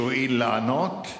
שהואיל לענות,